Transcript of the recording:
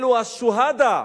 אלו השוהדה,